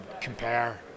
compare